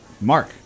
Mark